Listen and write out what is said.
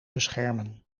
beschermen